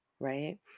right